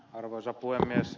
arvoisa puhemies